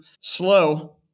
slow